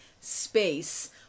space